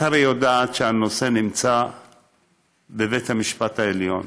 את הרי יודעת שהנושא נמצא בבית המשפט העליון,